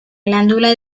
glándula